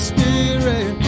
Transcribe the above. Spirit